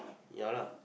ya lah